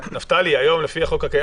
נפתלי, היום לפי החוק הקיים